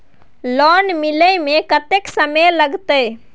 Loan मिले में कत्ते समय लागते?